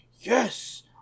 yes